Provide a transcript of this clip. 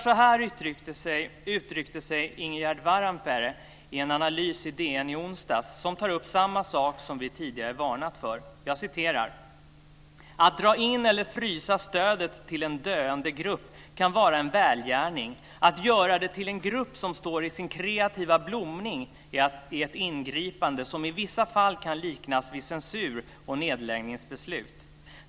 Så här uttryckte sig Ingegärd Waaranperä i en analys i DN i onsdags, som tar upp samma sak som vi tidigare varnat för: "Att dra in eller frysa stödet till en döende grupp kan vara en välgärning, att göra det till en grupp som står i sin kreativa blomning är ett ingripande som i vissa fall kan liknas vid censur och nedläggningsbeslut.